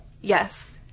yes